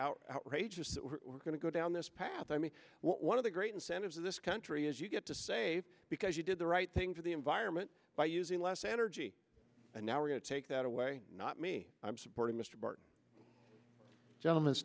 outrageous that we're going to go down this path i mean one of the great incentives of this country is you get to save because you did the right thing for the environment by using less energy and now we're going to take that away not me i'm supporting mr burton gentleman's